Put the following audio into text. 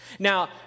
Now